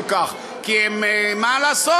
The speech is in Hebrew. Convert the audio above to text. כי מה לעשות,